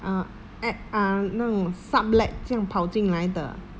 ah at ah 那种 sublet 这样跑进来的